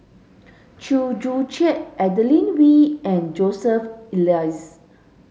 Chew Joo Chiat Adeline Ooi and Joseph Elias